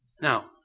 Now